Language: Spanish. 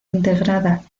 integrada